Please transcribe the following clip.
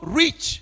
rich